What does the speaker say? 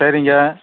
சரிங்க